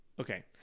Okay